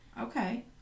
Okay